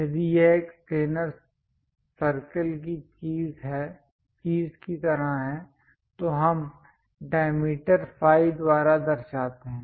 यदि यह एक प्लैनर सर्कल की चीज की तरह है तो हम डायमीटर फाई द्वारा दर्शाते हैं